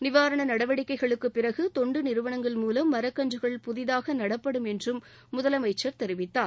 நிவாரண நடவடிக்கைகளுக்குப் பிறகு தொண்டு நிறுவனங்கள் மூலம் மரக்கன்றுகள் புதிதாக நடப்படும் என்றும் முதலமைச்சர் தெரிவித்தார்